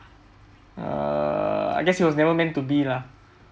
err I guess it was never meant to be lah